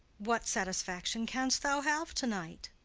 what satisfaction canst thou have to-night?